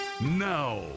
Now